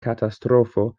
katastrofo